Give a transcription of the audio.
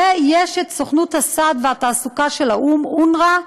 ויש סוכנות הסעד והתעסוקה של האו"ם, אונר"א,